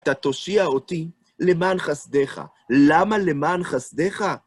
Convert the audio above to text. אתה תושיע אותי למען חסדיך. למה למען חסדיך?